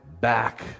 back